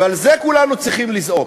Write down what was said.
ועל זה כולנו צריכים לזעוק.